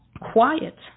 Quiet